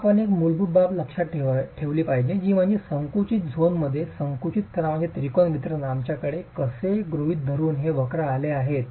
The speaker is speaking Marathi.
आता आपण एक मूलभूत बाब लक्षात ठेवली पाहिजे ती म्हणजे संकुचित झोनमध्ये संकुचित तणावांचे त्रिकोण वितरण आमच्याकडे असे गृहित धरून हे वक्र आले आहेत